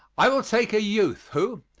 i will take a youth who,